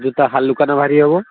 ଜୋତା ହାଲୁକା ନା ଭାରି ହେବ